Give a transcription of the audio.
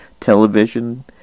television